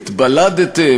"התבלדתם",